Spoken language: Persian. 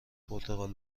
پرتغال